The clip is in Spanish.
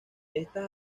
estas